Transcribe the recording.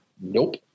Nope